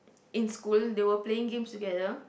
in school they were playing games together